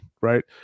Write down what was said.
Right